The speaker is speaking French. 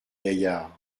gaillards